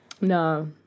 No